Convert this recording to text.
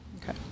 Okay